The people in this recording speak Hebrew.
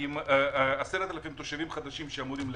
עם 10,000 תושבים חדשים שאמורים להגיע.